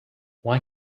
why